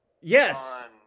Yes